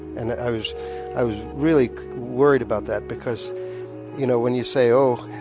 and i was i was really worried about that because you know when you say oh,